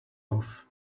off